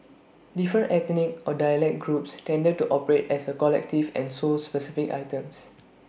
different ethnic or dialect groups tended to operate as A collective and sold specific items